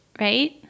right